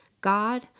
God